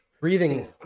Breathing